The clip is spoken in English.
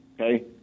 okay